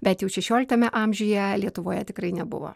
bet jau šešioliktame amžiuje lietuvoje tikrai nebuvo